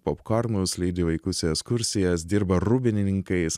popkornus lydi vaikus į ekskursijas dirba rūbinininkais